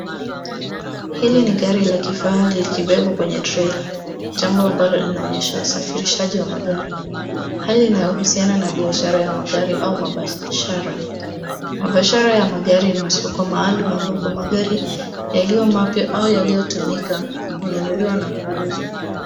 Hili ni gari lilalohifadhiwa likiwa limebebwa kwenye trela, jambo linaloonyesha usafirishaji wa magari. Hali hii inahusiana na biashara ya magari au maonyesho. Biashara ya magari ni masoko maalum, maboko ya magari, yaliyo mapya au yaliyotumika, yanayonunuliwa na kuuzwa.